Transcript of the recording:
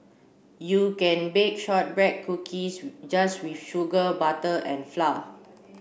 you can bake shortbread cookies just with sugar butter and flour